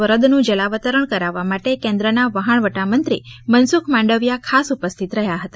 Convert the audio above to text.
વરદ નું જલાવતરણ કરાવવા માટે કેન્દ્રના વહાણવટા મંત્રી મનસુખ માંડવિયા ખાસ ઉપસ્થિત રહ્યા હતા